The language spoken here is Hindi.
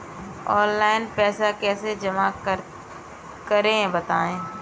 ऑनलाइन पैसा कैसे जमा करें बताएँ?